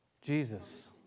Jesus